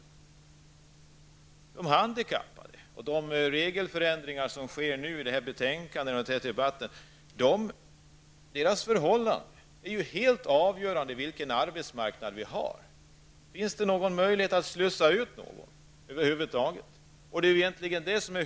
För de handikappade är det ju helt avgörande hur arbetsmarknaden ser ut, om det över huvud taget finns någon möjlighet att slussa ut handikappade på arbetsmarknaden.